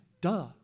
duh